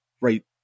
right